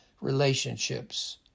relationships